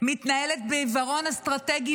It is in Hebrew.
מתנהלת בעיוורון אסטרטגי